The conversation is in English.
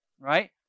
Right